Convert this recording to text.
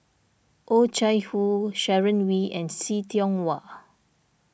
Oh Chai Hoo Sharon Wee and See Tiong Wah